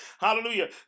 Hallelujah